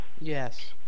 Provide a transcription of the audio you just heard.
Yes